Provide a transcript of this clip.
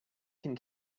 can